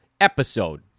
episode